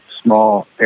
small